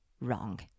wrong